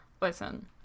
listen